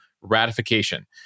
ratification